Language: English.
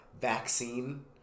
vaccine